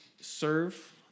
serve